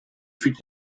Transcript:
fut